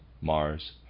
Mars